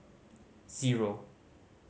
zero